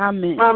Amen